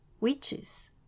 witches